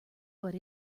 but